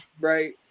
Right